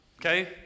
Okay